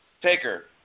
Taker